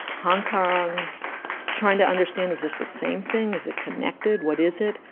hong kong trying to understand, is this the same thing? is it connected? what is it?